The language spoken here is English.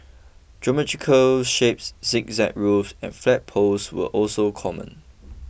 geometric shapes zigzag roofs and flagpoles were also common